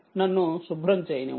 నన్ను శుభ్రం చేయనివ్వండి